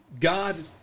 God